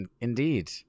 Indeed